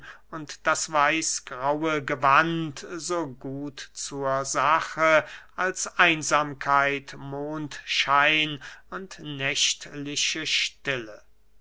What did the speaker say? und das weißgraue gewand so gut zur sache als einsamkeit mondschein und nächtliche stille